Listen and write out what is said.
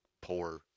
poor